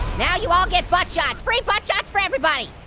now you all get buttshots. free buttshots for everybody.